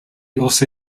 also